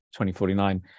2049